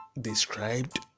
described